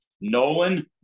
Nolan